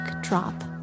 drop